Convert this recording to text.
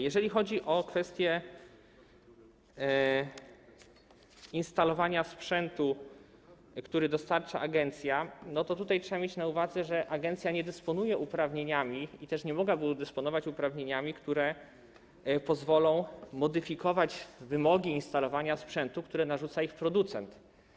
Jeżeli chodzi o kwestie instalowania sprzętu, który dostarcza agencja, to tutaj trzeba mieć na uwadze, że agencja nie dysponuje, nie mogłaby dysponować, uprawnieniami, które pozwolą modyfikować wymogi instalowania sprzętu, które narzuca ich producent.